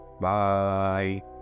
Bye